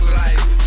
life